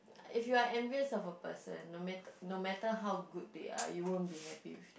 if you are envious of a person no matter no matter how good they are you won't be happy with